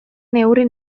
neurri